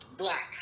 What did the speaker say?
black